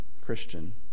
Christian